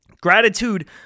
Gratitude